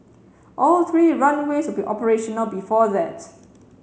all three runways will be operational before that